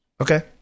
Okay